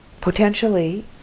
Potentially